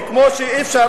וכמו שאי-אפשר,